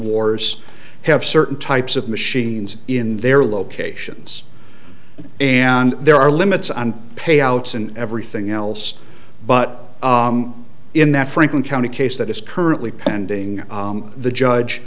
wars have certain types of machines in their locations and there are limits on payouts and everything else but in the franklin county case that is currently pending the judge